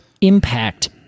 impact